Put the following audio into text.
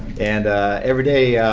and every day,